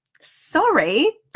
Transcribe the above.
sorry